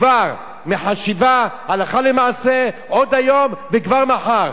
כבר מחשיבה, הלכה למעשה, עוד היום וכבר מחר.